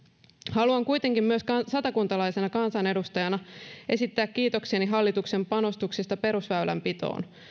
haluan kuitenkin myös satakuntalaisena kansanedustajana esittää kiitokseni hallituksen panostuksista perusväylänpitoon